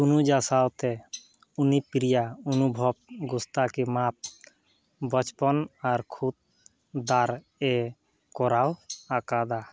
ᱛᱚᱱᱩᱡᱟ ᱥᱟᱶᱛᱮ ᱩᱱᱤ ᱯᱨᱤᱭᱟ ᱚᱱᱩᱵᱷᱚᱵ ᱜᱩᱥᱛᱟᱠᱤ ᱢᱟᱯᱷ ᱵᱚᱪᱯᱚᱱ ᱟᱨ ᱠᱷᱩᱫᱽᱫᱟᱨ ᱮ ᱠᱚᱨᱟᱣ ᱟᱠᱟᱫᱟ